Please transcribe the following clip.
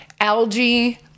algae